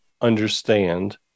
understand